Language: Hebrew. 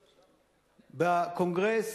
בקונגרס,